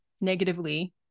negatively